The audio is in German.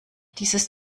dieses